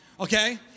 okay